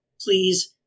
please